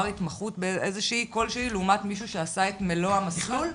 התמחות כל שהיא לעומת מישהו שעשה את מלוא המסלול?